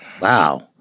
Wow